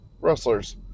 wrestlers